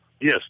Yes